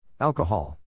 Alcohol